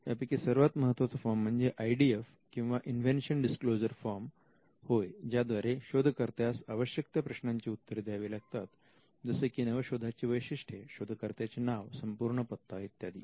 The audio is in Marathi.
यापैकी सर्वात महत्त्वाचा फॉर्म म्हणजे आय डी एफ किंवा इंवेंशन डीसक्लोजर फॉर्म होय ज्या द्वारे शोधकर्त्यास आवश्यक त्या प्रश्नांची उत्तरे द्यावी लागतात जसे की नवशोधा ची वैशिष्ट्ये शोधकर्त्याचे नाव संपूर्ण पत्ता इत्यादी